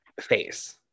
face